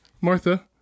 Martha